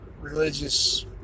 religious